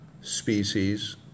species